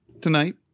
tonight